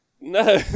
No